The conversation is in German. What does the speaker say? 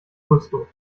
gusto